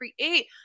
create